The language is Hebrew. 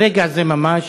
ברגע הזה ממש